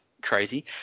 crazy